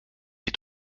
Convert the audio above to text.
est